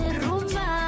rumba